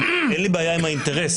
אין לי בעיה עם האינטרס.